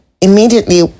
immediately